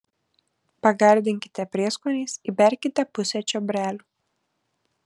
pagardinkite prieskoniais įberkite pusę čiobrelių